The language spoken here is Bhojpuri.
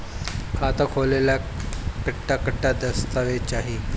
खाता खोले ला कट्ठा कट्ठा दस्तावेज चाहीं?